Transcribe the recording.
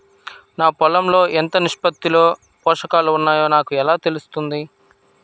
నా పొలం లో ఎంత నిష్పత్తిలో పోషకాలు వున్నాయో నాకు ఎలా తెలుస్తుంది?